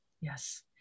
Yes